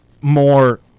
more